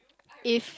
if